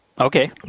Okay